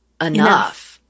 enough